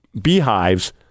beehives